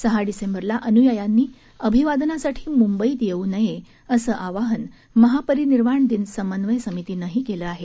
सहा डिसेंबरला अन्यायांनी अभिवादनासाठी म्ंबईत येऊ नये असं आवाहन महापरिनिर्वाण दिन समन्वय समितीनंही केलं आहे